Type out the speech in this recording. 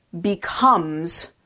becomes